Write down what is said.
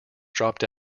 dropped